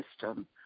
system